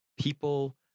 people